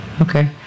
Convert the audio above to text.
Okay